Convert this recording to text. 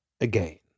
again